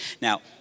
Now